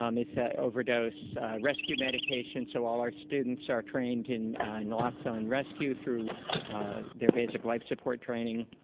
um is the overdose rescue medication. so all our students are trained in naloxone rescue through their basic life support training.